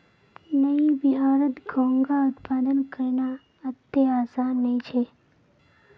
नइ बिहारत घोंघा उत्पादन करना अत्ते आसान नइ ह छेक